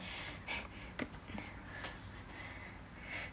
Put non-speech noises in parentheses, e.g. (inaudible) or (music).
(breath)